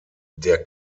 der